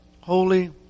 Holy